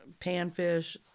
panfish